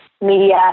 media